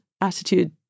attitude